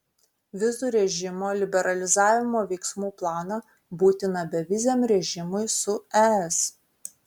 vizų režimo liberalizavimo veiksmų planą būtiną beviziam režimui su es